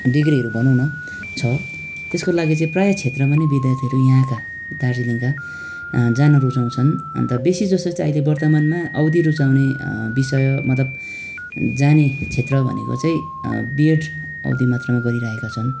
डिग्रीहरू भनौँ न छ त्यसको लागि चाहिँ प्रायः क्षेत्रमा नै विद्यार्थीहरू यहाँका दार्जिलिङका जान रुचाउँछन् अन्त बेसीजसो चाहिँ अहिले वर्तमानमा औधी रुचाउने विषय मतलब जाने क्षेत्र भनेको चाहिँ बिएड औधी मात्रामा गरिराखेका छन्